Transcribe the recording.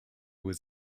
was